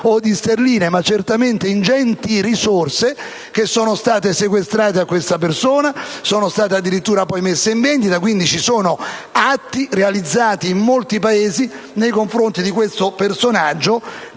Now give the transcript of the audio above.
o sterline. Certamente, però, ingenti risorse sono state sequestrate a questa persona, sono state addirittura messe in vendita, quindi ci sono atti realizzati in molti Paesi nei confronti di questo personaggio,